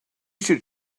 should